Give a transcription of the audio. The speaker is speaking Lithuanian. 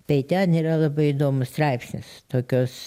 tai ten yra labai įdomus straipsnis tokios